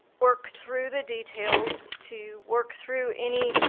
work through the details to work through any